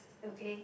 okay